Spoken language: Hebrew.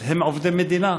הם עובדי מדינה,